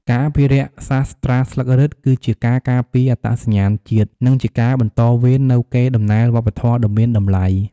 ការអភិរក្សសាស្រ្តាស្លឹករឹត គឺជាការការពារអត្តសញ្ញាណជាតិ និងជាការបន្តវេននូវកេរដំណែលវប្បធម៌ដ៏មានតម្លៃ។